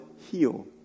heal